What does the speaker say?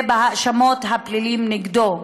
ובהאשמות הפליליות נגדו.